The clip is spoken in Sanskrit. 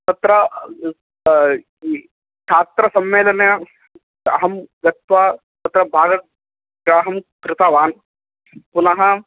तत्र छात्रसम्मेलने अहं गत्वा तत्र भागग्राहं कृतवान् पुनः